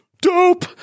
dope